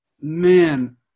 man